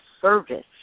service